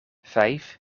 vijf